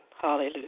Hallelujah